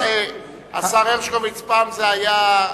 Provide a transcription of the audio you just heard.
השר הרשקוביץ, פעם זה היה,